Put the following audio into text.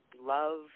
love